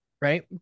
Right